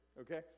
okay